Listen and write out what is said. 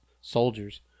soldiers